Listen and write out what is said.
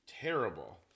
Terrible